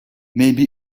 maybe